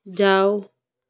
ਜਾਓ